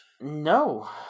no